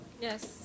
Yes